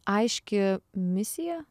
aiški misija